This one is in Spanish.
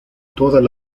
todas